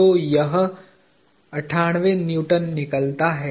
तो यह 98 न्यूटन निकलता है